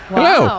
Hello